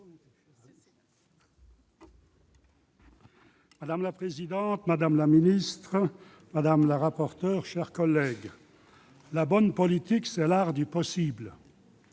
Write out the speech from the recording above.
Madame la présidente, madame la ministre, mes chers collègues, la bonne politique, c'est l'art du possible